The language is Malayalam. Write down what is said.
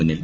മുന്നിൽ